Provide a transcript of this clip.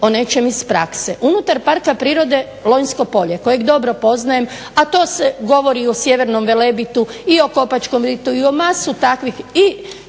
o nečem iz prakse. Unutar Parka prirode Lonjsko polje kojeg dobro poznajem a to se govori i o sjevernom Velebitu i o Kopačkom ritu i o masu takvih